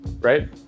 Right